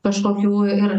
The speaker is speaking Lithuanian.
kažkokių ir